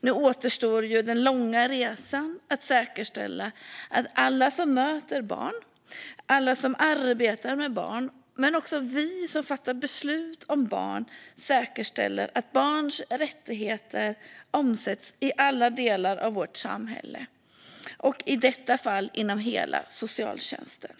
Nu återstår den långa resan att säkerställa att alla som möter barn, alla som arbetar med barn men också vi som fattar beslut om barn säkerställer att barns rättigheter omsätts i alla delar av vårt samhälle, och i detta fall inom hela socialtjänsten.